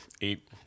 eight